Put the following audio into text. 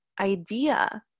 idea